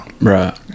Right